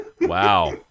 Wow